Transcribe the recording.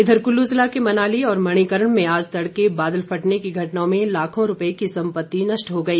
इधर कूल्लू जिला के मनाली और मणीकर्ण में आज तड़के बादल फटने की घटनाओं में लाखों रुपए की सम्पत्ति नष्ट हो गई